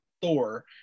Thor